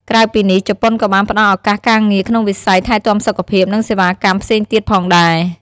ក្រៅពីនេះ ជប៉ុនក៏បានផ្ដល់ឱកាសការងារក្នុងវិស័យថែទាំសុខភាព និងសេវាកម្មផ្សេងទៀតផងដែរ ។